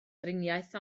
driniaeth